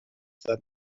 that